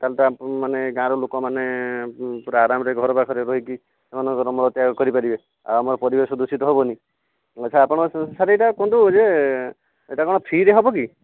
ତା ହେଲେ ତ ଆପଣମାନେ ଗାଁର ଲୋକମାନେ ପୁରା ଆରାମରେ ଘର ପାଖରେ ରହିକି ସେମାନଙ୍କର ମଳତ୍ୟାଗ କରିପାରିବେ ଆଉ ଆମର ପରିବେଶ ଦୂଷିତ ହେବନି ଆଚ୍ଛା ଆପଣଙ୍କର ସାର୍ ଏହିଟା କୁହନ୍ତୁ ଯେ ଏହିଟା କଣ ଫ୍ରିରେ ହେବକି